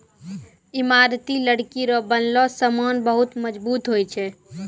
ईमारती लकड़ी रो बनलो समान मजबूत हुवै छै